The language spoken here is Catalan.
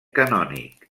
canònic